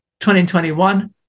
2021